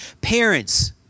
Parents